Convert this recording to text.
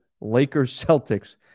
Lakers-Celtics